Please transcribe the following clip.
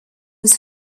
was